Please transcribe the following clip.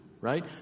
right